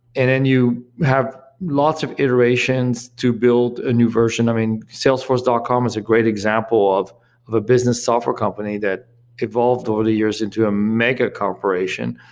and then you have lots of iterations to build a new version. i mean, salesforce dot com is a great example of of a business software company that evolved over the years into a mega-corporation,